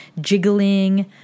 jiggling